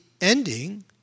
ending